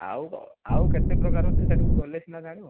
ଆଉ କଣ ଆଉ କେତେ ପ୍ରକାର ଅଛି ସେଇଠିକୁ ଗଲେ ସିନା ଜାଣିବ